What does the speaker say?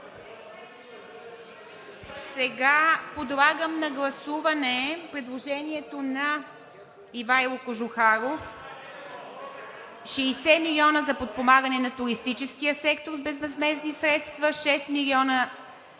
Подлагам на гласуване предложението на Ивайло Кожухаров – 60 млн. лв. за подпомагане на туристическия сектор с безвъзмездни средства, 6 млн.